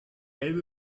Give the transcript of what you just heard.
elbe